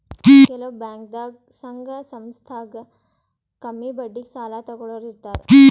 ಕೆಲವ್ ಬ್ಯಾಂಕ್ದಾಗ್ ಸಂಘ ಸಂಸ್ಥಾದಾಗ್ ಕಮ್ಮಿ ಬಡ್ಡಿಗ್ ಸಾಲ ತಗೋಳೋರ್ ಇರ್ತಾರ